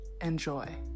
Enjoy